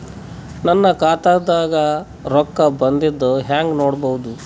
ನನ್ನ ಖಾತಾದಾಗ ರೊಕ್ಕ ಬಂದಿದ್ದ ಹೆಂಗ್ ನೋಡದು?